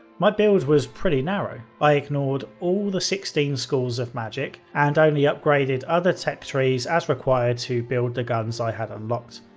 my build was incredibly narrow. i ignored all the sixteen schools of magick and only upgraded other tech trees as required to build the guns i had unlocked.